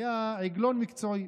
היה עגלון מקצועי,